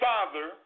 Father